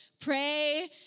pray